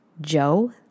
Joe